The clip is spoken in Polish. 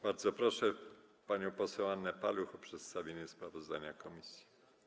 Bardzo proszę panią poseł Annę Paluch o przedstawienie sprawozdania komisji.